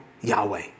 Yahweh